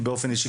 באופן אישי,